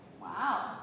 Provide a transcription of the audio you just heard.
Wow